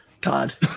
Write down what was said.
God